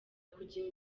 kujya